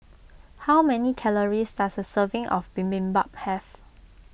how many calories does a serving of Bibimbap have